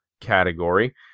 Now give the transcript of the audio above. category